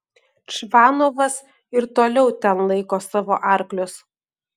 čvanovas ir toliau ten laiko savo arklius